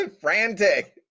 Frantic